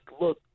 look